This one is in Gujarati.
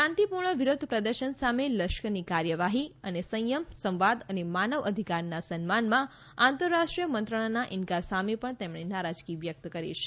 શાંતિપૂર્ણ વિરોધ પ્રદર્શન સામે લશ્કરની કાર્યવાહી અને સંયમ સંવાદ અને માનવ અધિકારના સન્માનમાં આંતરરાષ્ટ્રીય મંત્રણાના ઈન્કાર સામે પણ તેમણે નારાજગી વ્યક્ત કરી છે